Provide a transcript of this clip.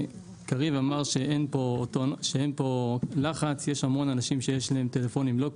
קריב אמר שאין פה לחץ ושיש המון אנשים שיש להם טלפונים לא כשרים.